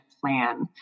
plan